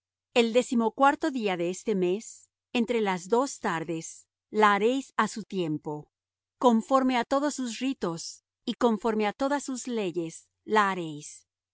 el décimocuarto día de este mes entre las dos tardes la haréis á su tiempo conforme á todos sus ritos y conforme á todas sus leyes la haréis